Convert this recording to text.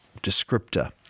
descriptor